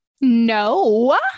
No